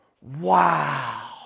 Wow